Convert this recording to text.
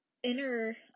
inner